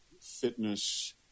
fitness